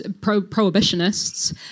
prohibitionists